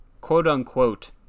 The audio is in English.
quote-unquote